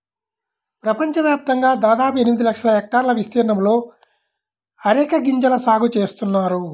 ప్రపంచవ్యాప్తంగా దాదాపు ఎనిమిది లక్షల హెక్టార్ల విస్తీర్ణంలో అరెక గింజల సాగు చేస్తున్నారు